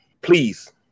please